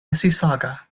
mississauga